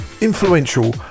influential